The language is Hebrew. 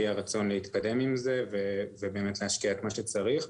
הביעה רצון להתקדם עם זה ובאמת להשקיע את מה שצריך.